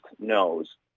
knows